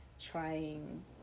trying